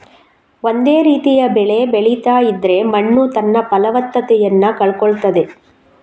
ಒಂದೇ ರೀತಿಯ ಬೆಳೆ ಬೆಳೀತಾ ಇದ್ರೆ ಮಣ್ಣು ತನ್ನ ಫಲವತ್ತತೆಯನ್ನ ಕಳ್ಕೊಳ್ತದೆ